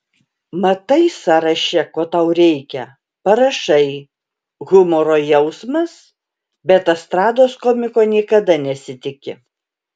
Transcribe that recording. matai sąraše ko tau reikia parašai humoro jausmas bet estrados komiko niekada nesitiki